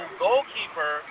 goalkeeper